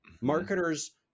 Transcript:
marketers